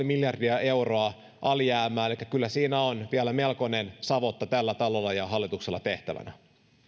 miljardia euroa alijäämää elikkä kyllä siinä on vielä melkoinen savotta tällä talolla ja hallituksella tehtävänä me